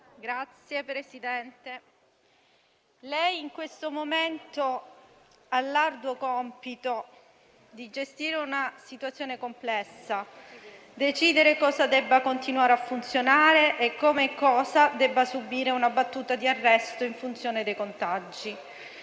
del Consiglio, lei in questo momento ha l'arduo compito di gestire una situazione complessa: decidere cosa debba continuare a funzionare e cosa e come debba subire una battuta di arresto in funzione dei contagi.